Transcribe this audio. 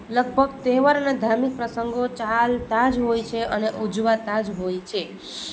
લગભગ તહેવાર અને ધાર્મિક પ્રસંગો ચાલતા જ હોય છે અને ઉજવાતા જ હોય છે